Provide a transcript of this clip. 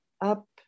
up